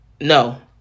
no